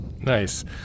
Nice